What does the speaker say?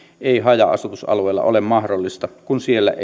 mahdollinen haja asutusalueilla kun siellä